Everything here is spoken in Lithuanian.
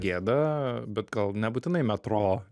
gėda bet gal nebūtinai metro